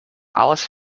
alice